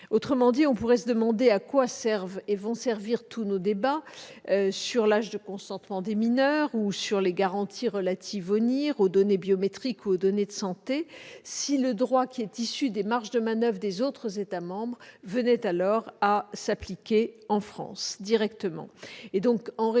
Autrement dit, à quoi servent tous nos débats sur l'âge de consentement des mineurs ou sur les garanties relatives au NIR, aux données biométriques ou aux données de santé, si le droit qui est issu des marges de manoeuvre des autres États membres venait alors à s'appliquer en France directement